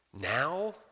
Now